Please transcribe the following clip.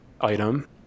item